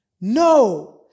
No